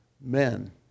men